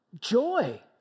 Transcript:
joy